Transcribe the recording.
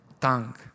tongue